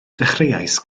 dechreuais